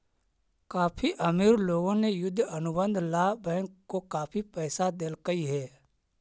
काफी अमीर लोगों ने युद्ध अनुबंध ला बैंक को काफी पैसा देलकइ हे